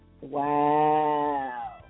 Wow